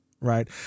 right